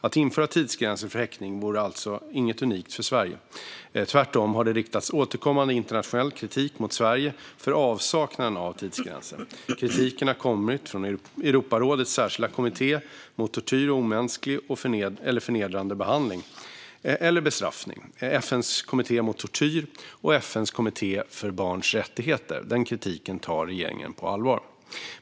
Att införa tidsgränser för häktning vore alltså inget unikt för Sverige. Tvärtom har det riktats återkommande internationell kritik mot Sverige för avsaknaden av tidsgränser. Kritiken har kommit från Europarådets särskilda kommitté mot tortyr och omänsklig eller förnedrande behandling eller bestraffning , FN:s kommitté mot tortyr och FN:s kommitté för barnets rättigheter . Den kritiken tar regeringen på allvar.